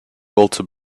walter